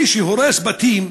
מי שהורס בתים,